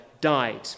died